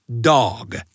dog